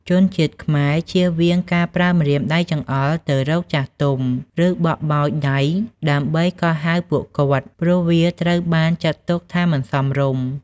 ជនជាតិខ្មែរជៀសវាងការប្រើម្រាមដៃចង្អុលទៅរកចាស់ទុំ ឬបក់បោយដៃដើម្បីកោះហៅពួកគាត់ ព្រោះវាត្រូវបានចាត់ទុកថាមិនសមរម្យ។